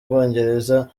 bwongereza